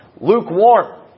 lukewarm